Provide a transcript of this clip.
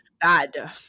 bad